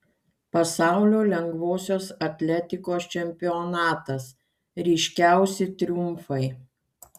pasaulio lengvosios atletikos čempionatas ryškiausi triumfai